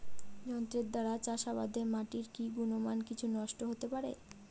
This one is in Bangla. যন্ত্রের দ্বারা চাষাবাদে মাটির কি গুণমান কিছু নষ্ট হতে পারে?